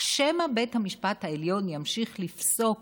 שמא בית המשפט העליון ימשיך לפסוק